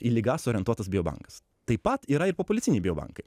į ligas orientuotas bio bankas taip pat yra ir populiaciniai bio bankai